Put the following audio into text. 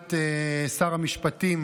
תשובת שר המשפטים